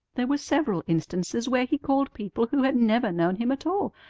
there were several instances where he called people who had never known him at all,